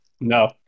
No